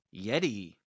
Yeti